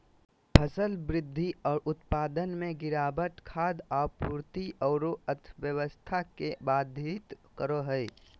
फसल वृद्धि और उत्पादन में गिरावट खाद्य आपूर्ति औरो अर्थव्यवस्था के बाधित करो हइ